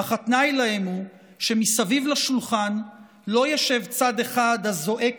אך התנאי להם הוא שמסביב לשולחן לא ישב צד אחד הזועק